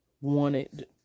wanted